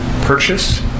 purchase